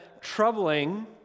troubling